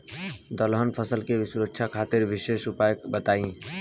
दलहन फसल के सुरक्षा खातिर विशेष उपाय बताई?